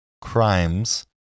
crimes